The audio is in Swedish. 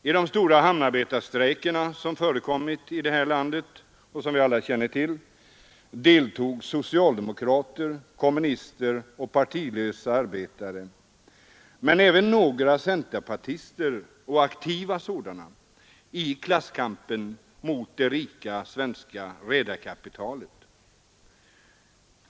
I de stora hamnarbetarstrejker som förekommit deltog socialdemokrater, kommunister och partilösa arbetare men även några centerpartister — och aktiva sådana — i klasskampen mot det rika svenska redarkapitalet.